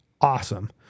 awesome